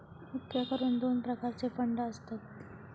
मुख्य करून दोन प्रकारचे फंड असतत